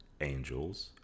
angels